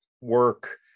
work